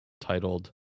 titled